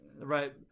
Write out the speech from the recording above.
right